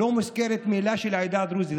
לא מוזכרת במילה העדה הדרוזית.